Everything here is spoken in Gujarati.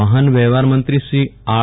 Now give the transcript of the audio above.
વાહન વ્યવહાર મંત્રી શ્રી આર